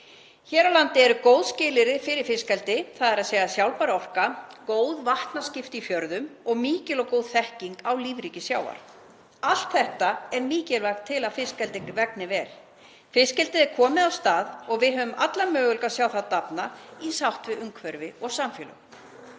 Hér á landi eru góð skilyrði fyrir fiskeldi, þ.e. sjálfbær orka, góð vatnaskipti í fjörðum og mikil og góð þekking á lífríki sjávar. Allt þetta er mikilvægt til að fiskeldi vegni vel. Fiskeldið er komið af stað og við höfum alla möguleika á að sjá það dafna í sátt við umhverfi og samfélag.